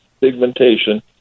pigmentation